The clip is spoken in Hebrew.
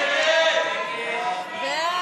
מי